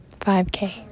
5K